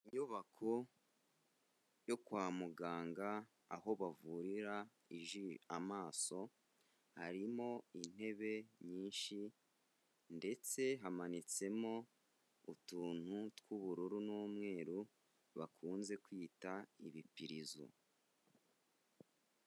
Inyubako yo kwa muganga aho bavurira amaso harimo intebe nyinshi ndetse hamanitsemo utuntu tw'ubururu n'umweru bakunze kwita ibipirizo.